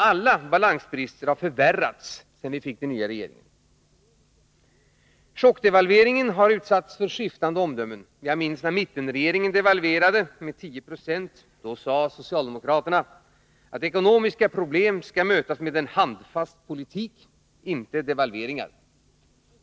Alla balansbrister har alltså förvärrats sedan vi fick den nya regeringen. Chockdevalveringen har utsatts för skiftande omdömen. När mittenregeringen devalverade med 10 26 sade socialdemokraterna att ekonomiska problem skall mötas med en handfast politik, inte med devalveringar.